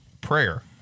prayer